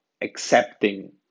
accepting